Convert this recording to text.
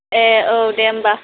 ए औ दे होमब्ला